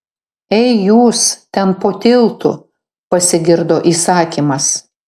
ei jūs ten po tiltu pasigirdo įsakymas